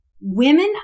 Women